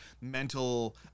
mental